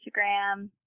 Instagram